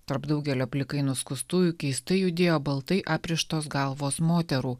tarp daugelio plikai nuskustųjų keistai judėjo baltai aprištos galvos moterų